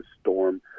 storm